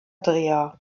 dreher